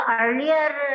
earlier